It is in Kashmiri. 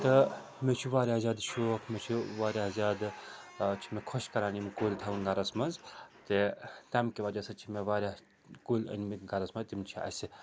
تہٕ مےٚ چھُ واریاہ زیادٕ شوق مےٚ چھُ واریاہ زیادٕ چھِ مےٚ خۄش کَران یِم کُلۍ تھاوُن گَرَس منٛز تہٕ تَمہِ کہِ وَجہ سۭتۍ چھِ مےٚ واریاہ کُلۍ أنۍ مٕتۍ گَرَس منٛز تِم چھِ اَسہِ